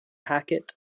hackett